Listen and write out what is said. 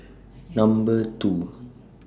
Number two